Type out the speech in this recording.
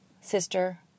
sister